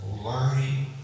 learning